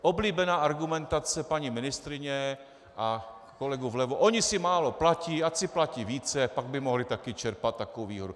Oblíbená argumentace paní ministryně a kolegů vlevo oni si málo platí, ať si platí více, pak by mohli čerpat takovou výhodu.